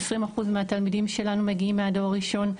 כ-20% מהתלמידים שלנו מגיעים מהדור הראשון,